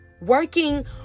Working